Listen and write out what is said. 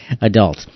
adult